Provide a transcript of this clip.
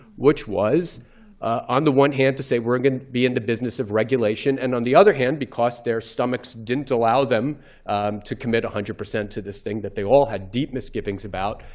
which was on the one hand to say, we're going to be in the business of regulation. and on the other hand, because their stomachs didn't allow them to commit one hundred percent to this thing that they all had deep misgivings about,